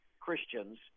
Christians